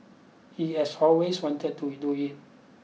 he has always wanted to do it